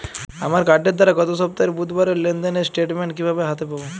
আমার কার্ডের দ্বারা গত সপ্তাহের বুধবারের লেনদেনের স্টেটমেন্ট কীভাবে হাতে পাব?